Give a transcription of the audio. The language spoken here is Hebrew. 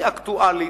הכי אקטואלית,